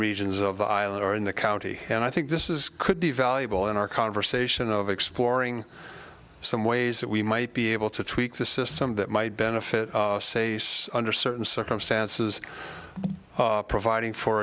regions of the island or in the county and i think this is could be valuable in our conversation of exploring some ways that we might be able to tweak the system that might benefit under certain circumstances providing for